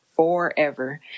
forever